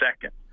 second